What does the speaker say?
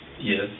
Yes